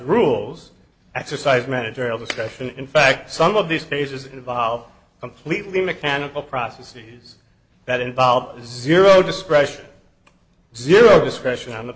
rules exercise managerial discussion in fact some of these cases involve completely mechanical process see that involves zero discretion zero discretion on the